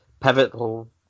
pivotal